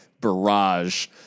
barrage